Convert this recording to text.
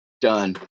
Done